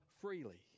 freely